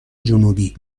جنوبی